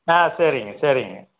ஆ சரிங்க சரிங்க